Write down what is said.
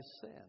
sin